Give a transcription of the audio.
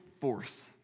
force